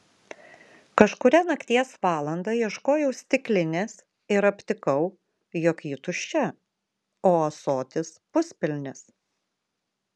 kažkurią nakties valandą ieškojau stiklinės ir aptikau jog ji tuščia o ąsotis puspilnis